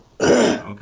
Okay